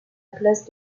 place